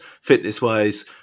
fitness-wise